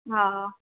हा